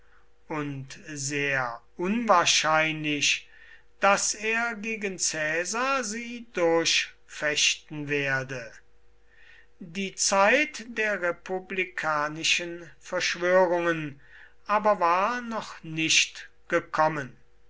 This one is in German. und sehr unwahrscheinlich daß er gegen caesar sie durchfechten werde die zeit der republikanischen verschwörungen aber war noch nicht gekommen